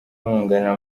umwunganira